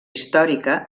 històrica